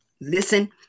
listen